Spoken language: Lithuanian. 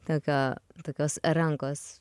tokio tokios rankos